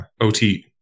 ot